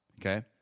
okay